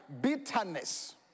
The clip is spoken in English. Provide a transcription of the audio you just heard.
bitterness